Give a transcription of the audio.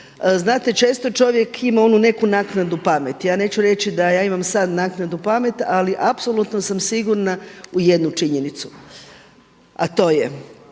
Znate često čovjek ima onu neku naknadnu pamet. Ja neću reći da ja imam sad naknadnu pamet, ali apsolutno sam sigurna u jednu činjenicu, a to je